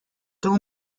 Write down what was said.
tell